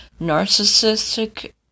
narcissistic